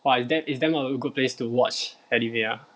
!wah! it's damn it's damn not a good place to watch anime ah